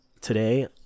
Today